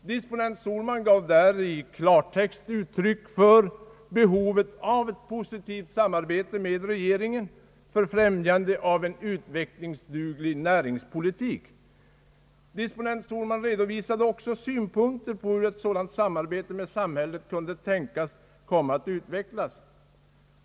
Disponent Sohlman gav där i klartext uttryck för behovet av ett positivt samarbete med regeringen för främjandet av en utvecklingsduglig näringspolitik. Disponent Sohlman redovisade också synpunkter på hur ett sådant samarbete med samhället kunde tänkas komma att utvecklas.